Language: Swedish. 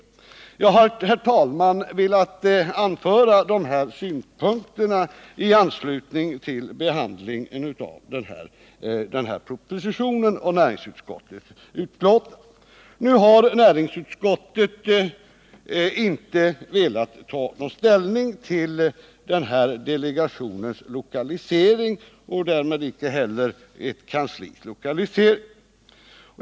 Jag har, herr talman, velat anföra dessa synpunkter i anslutning till behandlingen av föreliggande proposition och utskottsbetänkande. Nu har inte näringsutskottet velat ta ställning till den här delegationens lokalisering och därmed inte heller till ett kanslis lokalisering.